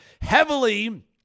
heavily